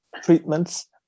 treatments